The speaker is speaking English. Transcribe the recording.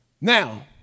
Now